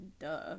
Duh